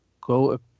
go